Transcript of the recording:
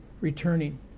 returning